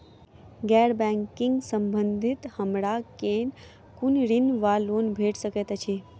गैर बैंकिंग संबंधित हमरा केँ कुन ऋण वा लोन भेट सकैत अछि?